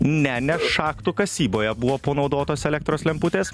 ne ne šachtų kasyboje buvo panaudotos elektros lemputės